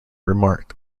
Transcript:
remarked